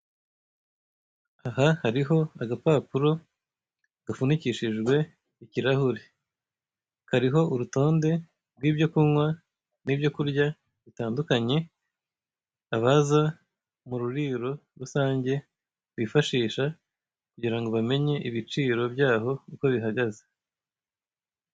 Aha hariho agapapuro gafunikishijwe ikirahure, kariho urutonde rw'ibyo kunywa n'ibyo kurya bitandukanye abaza mu ruriro rusange bifashisha kugira ngo bamenye ibiciro by'aho uko bihagaze.